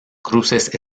cruces